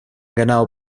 ganado